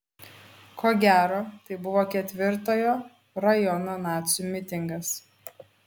ko gero tai buvo ketvirtojo rajono nacių mitingas